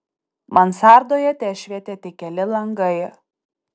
mansardoje tešvietė tik keli langai